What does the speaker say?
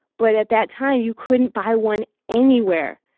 but at that time, you couldn't buy one anywhere.